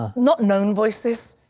ah not known voices.